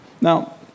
Now